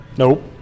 Nope